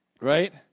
Right